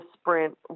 sprint